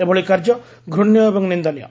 ଏଭଳି କାର୍ଯ୍ୟ ଘୁଣ୍ୟ ଏବଂ ନିନ୍ଦନୀୟ